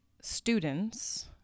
students